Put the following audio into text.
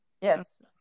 Yes